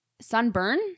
sunburn